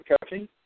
coaching